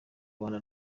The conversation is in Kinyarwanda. rwanda